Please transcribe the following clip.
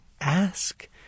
Ask